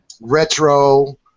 retro